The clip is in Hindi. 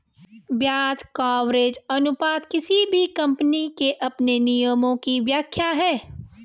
ब्याज कवरेज अनुपात किसी भी कम्पनी के अपने नियमों की व्याख्या है